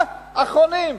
האחרונים.